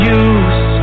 use